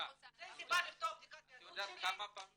האם